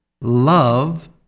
love